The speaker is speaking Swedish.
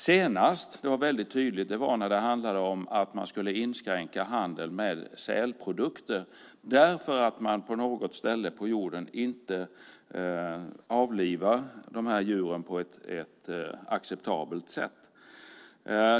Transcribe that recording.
Senast det var väldigt tydligt var när man skulle inskränka handeln med sälprodukter därför att man på något ställe på jorden inte avlivar djuren på ett acceptabelt sätt.